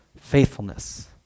faithfulness